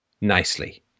nicely